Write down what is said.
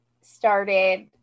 started